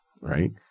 right